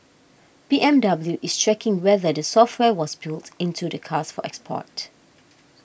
B M W is checking whether the software was built into the cars for export